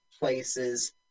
places –